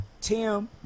Tim